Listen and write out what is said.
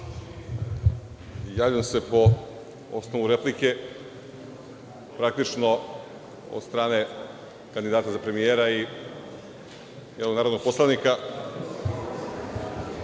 Javljam se po osnovu replike, praktično od strane kandidata za premijera i narodnog poslanika…Gospodine